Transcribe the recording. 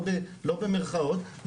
לא במרכאות,